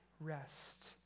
rest